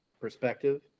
perspective